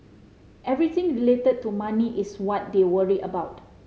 everything related to money is what they worry about